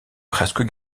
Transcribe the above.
presque